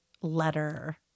letter